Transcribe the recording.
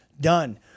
done